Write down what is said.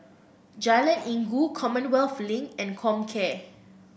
Jalan Inggu Commonwealth Link and Comcare